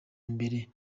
mbere